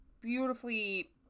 beautifully